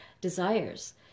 desires